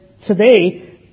today